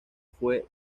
fue